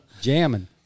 jamming